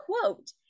quote